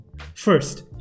First